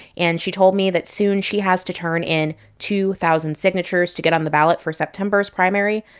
and she told me that soon she has to turn in two thousand signatures to get on the ballot for september's primary.